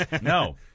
No